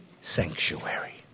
sanctuary